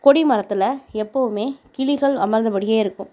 கொடி மரத்தில் எப்பவும் கிளிகள் அமர்ந்தபடி இருக்கும்